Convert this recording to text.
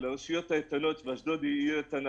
לרשויות האיתנות ואשדוד היא עיר איתנה,